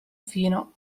fino